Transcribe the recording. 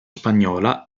spagnola